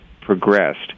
progressed